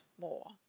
more